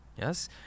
Yes